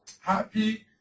happy